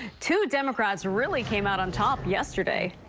two democrats really came out on top yesterday.